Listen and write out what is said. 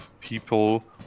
people